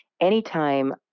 anytime